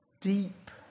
deep